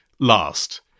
last